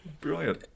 Brilliant